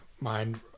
mind